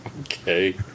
Okay